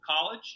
College